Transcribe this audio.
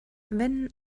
wenn